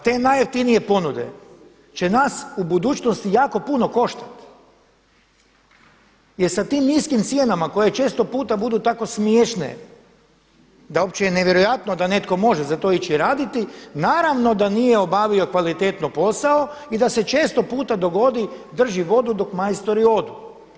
A te najjeftinije ponude će nas u budućnosti jako puno koštati jel sa tim niskim cijenama koje često puta budu tako smiješne da je uopće nevjerojatno da netko može za to ići raditi, naravno da nije obavio kvalitetno posao i da se četo puta dogodi drži vodu dok majstori odu.